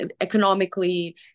economically